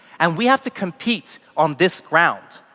and we have to compete on this ground.